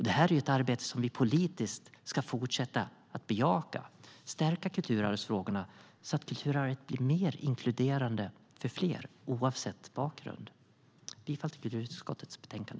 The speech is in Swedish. Det är ett arbete som vi politiskt ska fortsätta att bejaka, stärka kulturarvsfrågorna så att kulturarvet blir mer inkluderande för fler, oavsett bakgrund. Jag yrkar bifall till utskottets förslag.